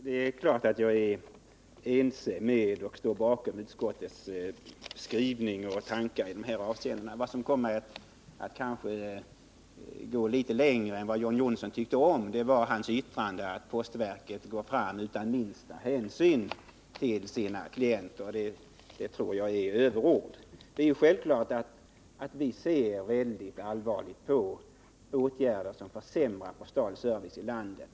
Herr talman! Det är klart att jag står bakom utskottets skrivning och tankar i dessa avseenden. Vad som kom mig att kanske gå litet längre än vad John Johnsson tyckte om var hans yttrande att postverket går fram utan minsta hänsyn till sina klienter. Det tror jag är överord. Visser självfallet mycket allvarligt på åtgärder som försämrar postal service i landet.